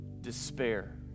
despair